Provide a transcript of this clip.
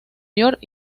york